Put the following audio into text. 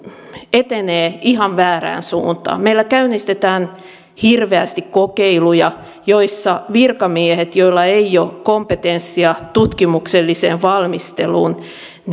etenee ihan väärään suuntaan meillä käynnistetään hirveästi kokeiluja joissa virkamiehet joilla ei ole kompetenssia tutkimukselliseen valmisteluun